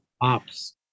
Ops